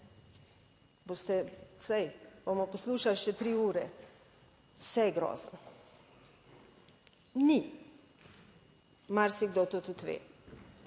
boste, saj bomo poslušali še 3 ure, vse je grozno. Ni, in marsikdo to tudi ve,